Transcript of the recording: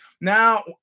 Now